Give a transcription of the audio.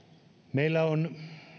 meillä on